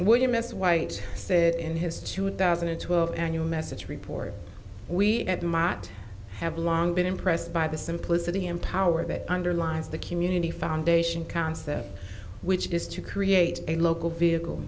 what you miss white said in his two thousand and twelve annual message report we at the mot have long been impressed by the simplicity and power that underlies the community foundation concept which is to create a local vehicle